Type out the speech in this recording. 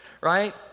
right